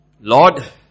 Lord